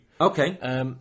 Okay